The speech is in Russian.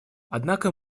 однако